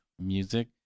music